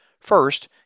First